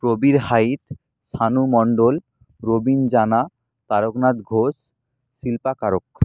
Prabir Hait Shanu Mondal Robin Jana Taraknath Ghosh Shilpa Karak